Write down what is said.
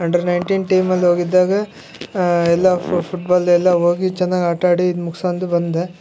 under nineteen ಟೀಮಲ್ಲೋಗಿದ್ದಾಗ ಎಲ್ಲ football ಎಲ್ಲ ಹೋಗಿ ಚೆನ್ನಾಗ್ ಆಟಾಡಿ ಮುಗ್ಸ್ಕೊಂಡು ಬಂದೆ